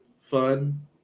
fun